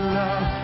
love